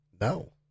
No